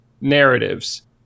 narratives